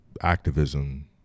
activism